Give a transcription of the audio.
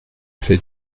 fait